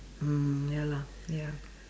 um ya lah ya